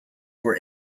were